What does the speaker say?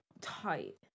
Tight